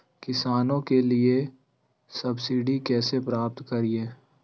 किसानों के लिए सब्सिडी कैसे प्राप्त करिये?